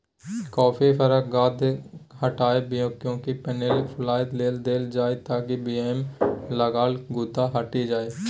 coffee फरक गुद्दा हटाए बीयाकेँ पानिमे फुलए लेल देल जाइ ताकि बीयामे लागल गुद्दा हटि जाइ